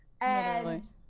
And-